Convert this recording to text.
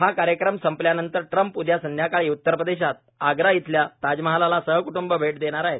हा कार्यक्रम संपल्यानंतर ट्रम्प उदया संध्याकाळी उत्तरप्रदेशात आग्रा इथल्या ताजमहालला सहक्ट्ंब भेट देणार आहेत